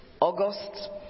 August